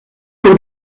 pour